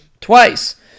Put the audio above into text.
twice